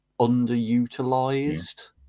underutilized